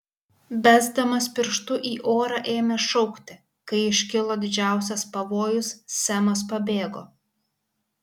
besdamas pirštu į orą ėmė šaukti kai iškilo didžiausias pavojus semas pabėgo